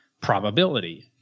Probability